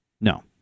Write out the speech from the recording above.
No